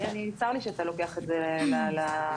אני צר לי שאתה לוקח את זה למקום הזה.